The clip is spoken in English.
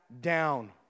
down